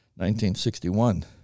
1961